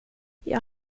jag